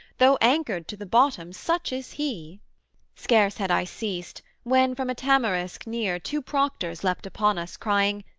though anchored to the bottom, such is he scarce had i ceased when from a tamarisk near two proctors leapt upon us, crying,